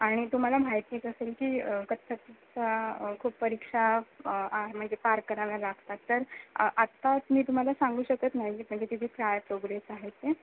आणि तुम्हाला माहितीच असेल की कथ्थकच्या खूप परीक्षा म्हणजे पार कराव्या लागतात तर आत्ताच मी तुम्हाला सांगू शकत नाही की म्हणजे तिची काय प्रोग्रेस आहे ते